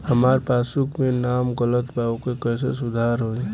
हमार पासबुक मे नाम गलत बा ओके कैसे सुधार होई?